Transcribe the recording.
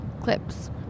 clips